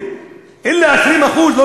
פרופסור יוסי גיל,